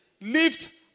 lift